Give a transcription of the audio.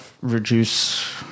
reduce